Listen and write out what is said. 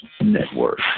Network